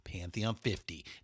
Pantheon50